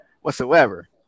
whatsoever